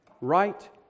right